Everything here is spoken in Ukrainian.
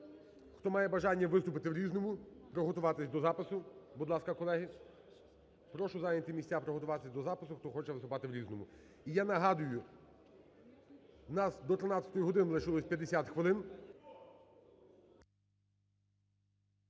хто має бажання виступити в "Різному", приготуватись до запису. Будь ласка, колеги. Прошу зайняти місця, приготуватись до запису, хто хоче виступати в "Різному". І я нагадую, у нас до 13-ї години лишилось 50 хвилин.